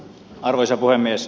arvoisa puhemies